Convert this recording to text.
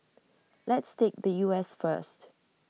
let's take the U S first